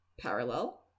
parallel